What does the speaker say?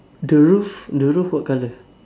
the roof the roof what colour